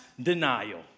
denial